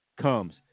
Comes